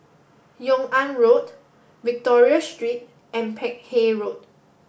Yung An Road Victoria Street and Peck Hay Road